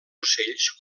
ocells